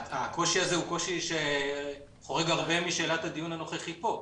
הקושי הזה הוא קושי שחורג הרבה משאלת הדיון הנוכחי פה.